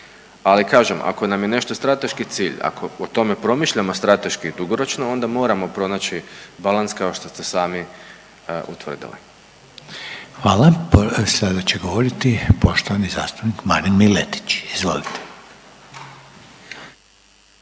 Ali kažem, ako nam je nešto strateški cilj, ako o tome promišljamo strateški dugoročno onda moramo pronaći balans kao što ste sami utvrdili. **Reiner, Željko (HDZ)** Hvala. Sada će govoriti poštovani zastupnik Marin Miletić. Izvolite.